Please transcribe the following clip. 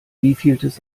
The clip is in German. wievieltes